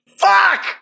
Fuck